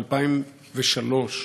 ב-2003,